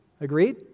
Agreed